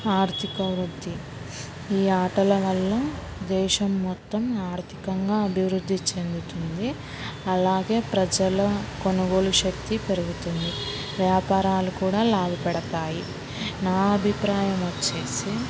ఆర్థిక వృద్ధి ఈ ఆటల వల్ల దేశం మొత్తం ఆర్థికంగా అభివృద్ధి చెందుతుంది అలాగే ప్రజల కొనుగోలు శక్తి పెరుగుతుంది వ్యాపారాలు కూడా లాభపడతాయి నా అభిప్రాయం వచ్చేసి